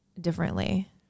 differently